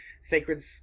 sacred